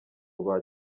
rwa